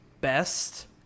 best